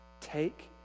Take